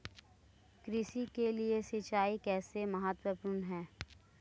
कृषि के लिए सिंचाई कैसे महत्वपूर्ण है?